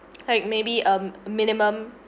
like maybe um minimum